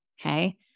Okay